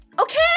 Okay